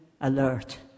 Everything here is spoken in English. alert